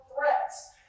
threats